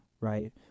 right